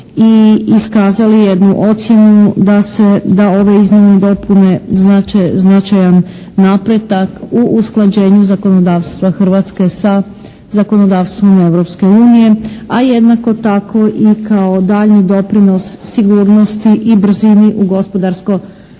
i iskazali jednu ocjenu da se, da ove izmjene i dopune znače značajan napredak u usklađenju zakonodavstva Hrvatske sa zakonodavstvom Europske unije, a jednako tako i kao daljnji doprinos sigurnosti i brzini u gospodarsko pravnom